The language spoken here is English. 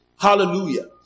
Hallelujah